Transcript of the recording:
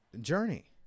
journey